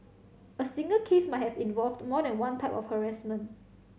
a single case might have involved more than one type of harassment